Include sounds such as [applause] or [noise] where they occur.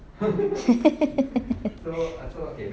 [laughs]